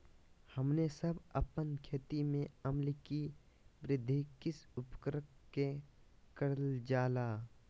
हमने सब अपन खेत में अम्ल कि वृद्धि किस उर्वरक से करलजाला?